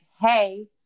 Hey